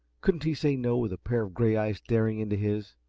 couldn't he say no with a pair of gray eyes staring into his?